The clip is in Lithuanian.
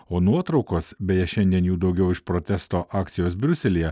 o nuotraukos beje šiandien jų daugiau iš protesto akcijos briuselyje